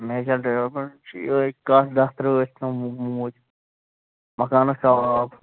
major چھِ یِہے کَٹھ دہ تٕرٛہ أسۍ تِم موٗدۍ مکانَس ژاو آب